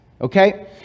Okay